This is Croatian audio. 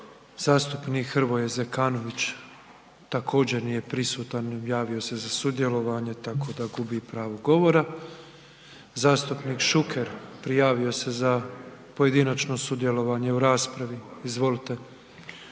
Zastupnik Hrvoje Zekanović također nije prisutan, javio se za sudjelovanje tako da gubi pravo govora. Zastupnik Šuker prijavio se za pojedinačno sudjelovanje u raspravi. Izvolite.